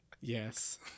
Yes